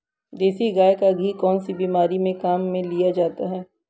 देसी गाय का घी कौनसी बीमारी में काम में लिया जाता है?